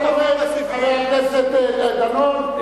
חבר הכנסת דנון,